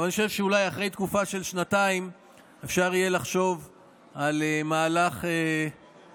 אבל אני חושב שאולי אחרי תקופה של שנתיים אפשר יהיה לחשוב על מהלך שכזה.